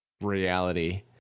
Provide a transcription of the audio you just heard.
reality